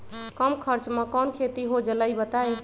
कम खर्च म कौन खेती हो जलई बताई?